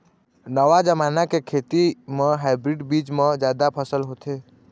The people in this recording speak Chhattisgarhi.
नवा जमाना के खेती म हाइब्रिड बीज म जादा फसल होथे